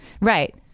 right